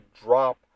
drop